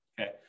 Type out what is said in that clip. Okay